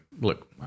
look